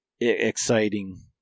exciting